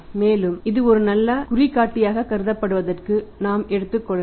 மேலும் இது ஒரு நல்ல குறிகாட்டியாகக் கருதப்படுவதற்கு நான் எடுத்துக் கொள்ளலாம்